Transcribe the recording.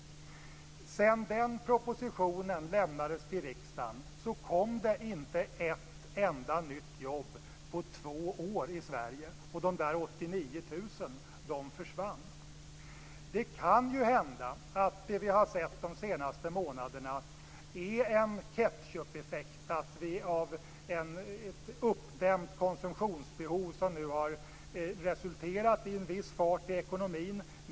Sedan den propositionen lämnades till riksdagen kom det inte ett enda nytt jobb på två år i Sverige. Och de där 89 000, de försvann. Det kan ju hända att det vi har sett de senaste månaderna är en ketchupeffekt, att det är ett uppdämt konsumtionsbehov som nu har resulterat i en viss fart i ekonomin.